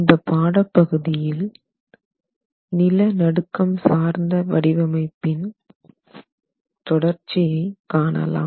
இந்த பாடப்பகுதியில் நிலநடுக்கம் சார்ந்த வடிவமைப்பின் தொடர்ச்சியை காணலாம்